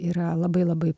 yra labai labai